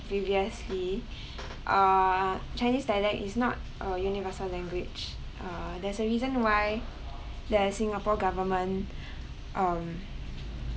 previously uh chinese dialect is not a universal language uh there's a reason why the singapore government um